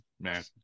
man